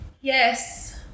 Yes